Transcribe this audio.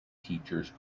teachers